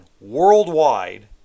worldwide